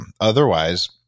Otherwise